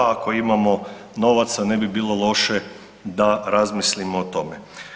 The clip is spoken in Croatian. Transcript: Ako imamo novaca ne bi bilo loše da razmislimo o tome.